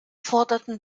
forderten